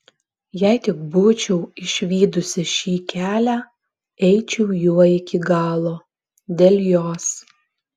jei tik būčiau išvydusi šį kelią eičiau juo iki galo dėl jos